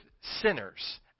sinners